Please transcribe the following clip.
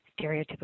stereotypical